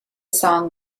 song